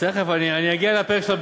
אתה לא היית כאן כשניתחתי,